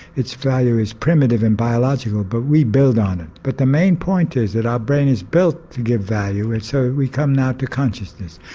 its value is primitive and biological but we build on it. but the main point is that our brain is built to give value and so we come now to consciousness.